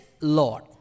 Lord